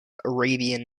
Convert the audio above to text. arabian